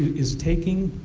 is taking